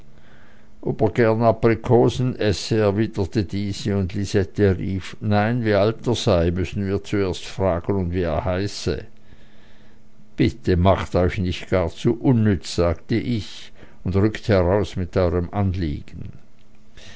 diese und lisette rief nein wie alt er sei müssen wir zuerst fragen und wie er heiße bitte macht euch nicht gar zu unnütz sagte ich und rückt heraus mit eurem anliegen